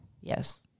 Yes